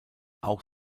auch